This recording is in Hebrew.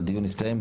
הדיון הסתיים.